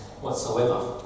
whatsoever